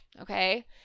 Okay